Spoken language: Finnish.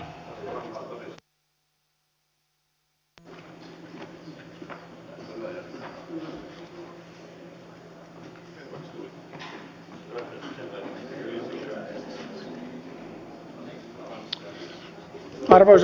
arvoisa puhemies